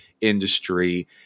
industry